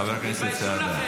חבר הכנסת סעדה.